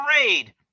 parade